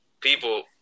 people